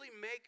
make